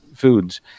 foods